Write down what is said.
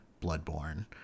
Bloodborne